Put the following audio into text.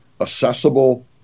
accessible